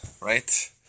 right